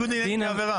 בוודאי מקצועית.